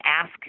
ask